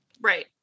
Right